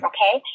Okay